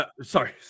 sorry